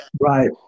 Right